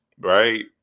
Right